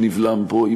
שנבלם פה,